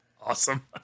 Awesome